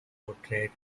portrayed